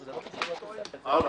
אוקיי,